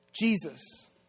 Jesus